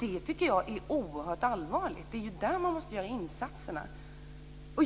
Det tycker jag är oerhört allvarligt. Det är där man måste göra insatserna.